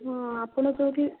ହଁ ଆପଣ କେଉଁଠି